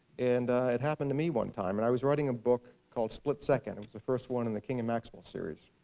and it happened to me one time. and i was writing a book called split second. it was the first one in the king and maxwell series.